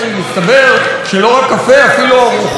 אפילו ארוחות שלמות היא אכלה איתו ביחד.